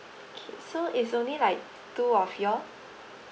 okay so is only like two of you